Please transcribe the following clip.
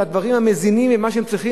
את הדברים המזינים ומה שהם צריכים,